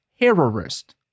terrorist